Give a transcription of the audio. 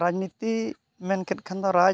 ᱨᱟᱡᱽᱱᱤᱛᱤ ᱢᱮᱱᱠᱮᱫ ᱠᱷᱟᱱᱫᱚ ᱨᱟᱡᱽ